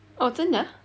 oh 真的